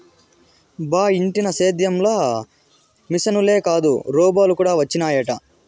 బా ఇంటినా సేద్యం ల మిశనులే కాదు రోబోలు కూడా వచ్చినయట